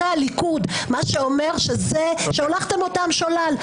בקרב תומכי הליכוד, מה שאומר שהולכתם אותם שולל.